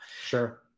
sure